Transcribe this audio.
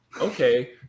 okay